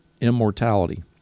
immortality